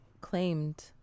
claimed